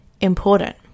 important